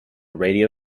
radio